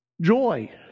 Joy